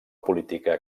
política